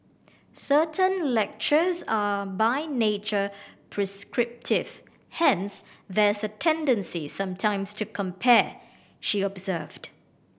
certain lectures are by nature prescriptive hence there's a tendency sometimes to compare she observed